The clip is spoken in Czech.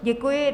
Děkuji.